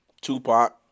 Tupac